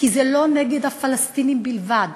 כי זה לא נגד הפלסטינים בלבד,